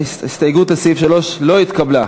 ההסתייגות לסעיף 3 לא התקבלה.